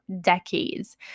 decades